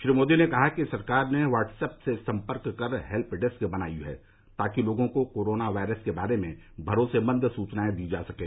श्री मोदी ने कहा कि सरकार ने ह्वाट्सएप से सम्पर्क कर हेल्प डेस्क बनाई है ताकि लोगों को कोरोना वायरस के बारे में भरोसेमंद सूचनाएं दी जा सकें